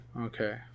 okay